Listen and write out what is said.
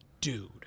dude